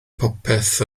popeth